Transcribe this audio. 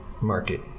market